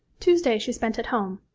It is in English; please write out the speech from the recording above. tuesday she spent at home,